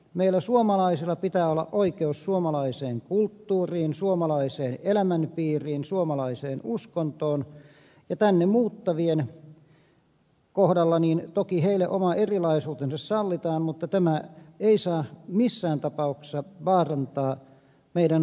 meillä suomalaisilla pitää olla oikeus suomalaiseen kulttuuriin suomalaiseen elämänpiiriin suomalaiseen uskontoon ja tänne muuttavien kohdalla toki heille oma erilaisuutensa sallitaan mutta tämä ei saa missään tapauksessa vaarantaa meidän suomalaisuuttamme